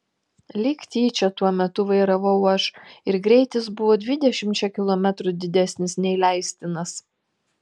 lyg tyčia tuo metu vairavau aš ir greitis buvo dvidešimčia kilometrų didesnis nei leistinas